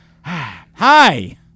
Hi